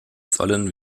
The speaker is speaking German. sollen